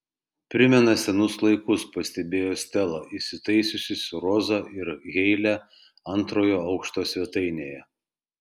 primena senus laikus pastebėjo stela įsitaisiusi su roza ir heile antrojo aukšto svetainėje